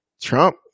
Trump